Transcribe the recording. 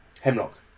Hemlock